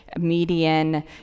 median